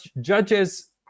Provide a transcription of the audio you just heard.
judges